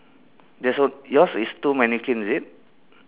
there's also yours is too mannequin is it